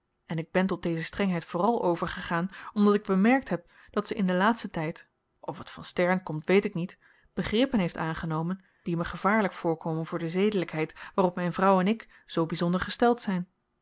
en ik ben tot deze strengheid vooral overgegaan omdat ik bemerkt heb dat ze in den laatsten tyd of t van stern komt weet ik niet begrippen heeft aangenomen die me gevaarlyk voorkomen voor de zedelykheid waarop myn vrouw en ik zoo byzonder gesteld zyn